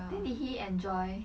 then did he enjoy